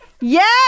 Yes